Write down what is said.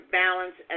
balance